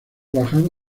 bajan